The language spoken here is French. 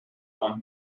rendre